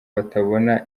batabona